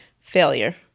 failure